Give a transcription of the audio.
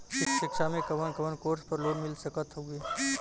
शिक्षा मे कवन कवन कोर्स पर लोन मिल सकत हउवे?